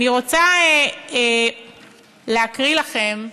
אני רוצה להקריא לכם,